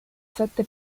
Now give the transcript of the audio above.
sette